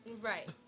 Right